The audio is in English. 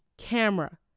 Camera